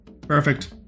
Perfect